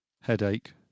Headache